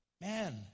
Man